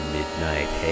Midnight